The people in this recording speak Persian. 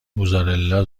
موزارلا